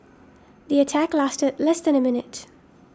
the attack lasted less than a minute